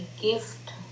gift